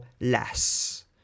less